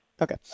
Okay